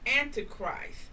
antichrist